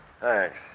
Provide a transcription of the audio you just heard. Thanks